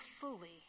fully